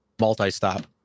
multi-stop